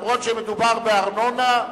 אף שמדובר בארנונה.